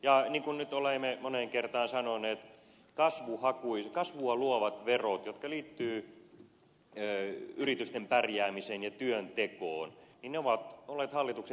ja niin kuin nyt olemme moneen kertaan sanoneet kasvua luovat verot jotka liittyvät yritysten pärjäämiseen ja työntekoon ne ovat olleet hallituksen erityissuojeluksessa